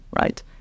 right